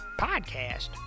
Podcast